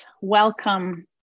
welcome